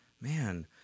man